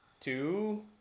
two